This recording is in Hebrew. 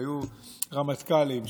שהיו רמטכ"לים,